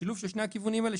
שילוב של שני הכיוונים האלה,